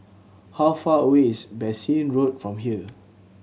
how far away is Bassein Road from here